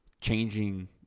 changing